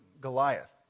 Goliath